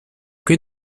que